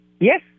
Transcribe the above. Yes